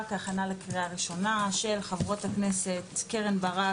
כהכנה לקריאה ראשונה של חברות הכנסת: קרן ברק,